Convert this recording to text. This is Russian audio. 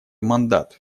мандат